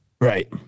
right